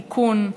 תיקון,